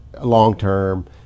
long-term